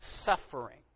suffering